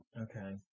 Okay